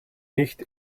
nicht